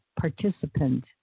participant